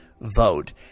vote